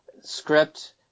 Script